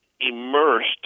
immersed